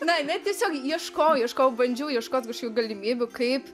na ne tiesiog ieškojau ieškojau bandžiau ieškot kažkių galimybių kaip